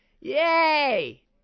Yay